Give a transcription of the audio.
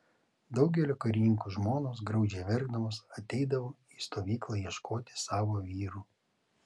daugelio karininkų žmonos graudžiai verkdamos ateidavo į stovyklą ieškoti savo vyrų